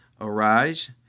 Arise